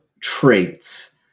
traits